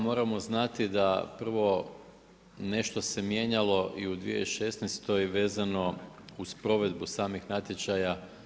Moramo znati da, prvo nešto se mijenjalo i u 2016. vezano uz provedbu samih natječaja.